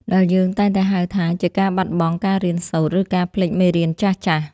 ដែលយើងតែងតែហៅថាជាការបាត់បង់ការរៀនសូត្រ ឬការភ្លេចមេរៀនចាស់ៗ។